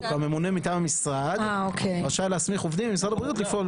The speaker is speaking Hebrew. הממונה מטעם המשרד רשאי להסמיך עובדים ממשרד הבריאות לפעול,